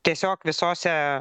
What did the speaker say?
tiesiog visose